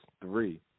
three